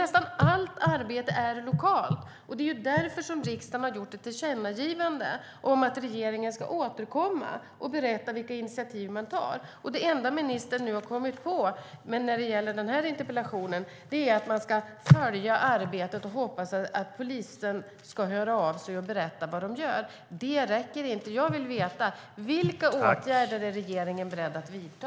Nästan allt arbete är alltså lokalt, och det är därför riksdagen har gjort ett tillkännagivande om att regeringen ska återkomma och berätta vilka initiativ man tar. Det enda ministern nu har kommit på när det gäller den här interpellationen är att man ska följa arbetet och hoppas att polisen ska höra av sig och berätta vad de gör. Det räcker inte! Jag vill veta vilka åtgärder regeringen är beredd att vidta.